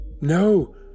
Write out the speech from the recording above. No